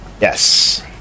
Yes